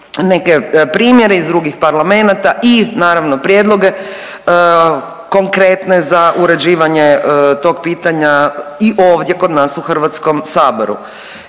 neke primjere iz drugih parlamenata i naravno prijedloge konkretne za uređivanje tog pitanja i ovdje kod nas u Hrvatskom saboru.